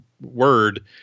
Word